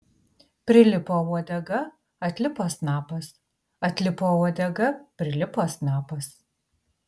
prilipo uodega atlipo snapas atlipo uodega prilipo snapas